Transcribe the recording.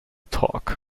talk